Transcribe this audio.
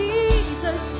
Jesus